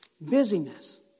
Busyness